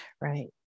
Right